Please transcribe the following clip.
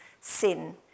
sin